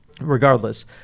regardless